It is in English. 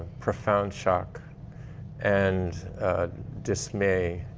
profound shock and dismay.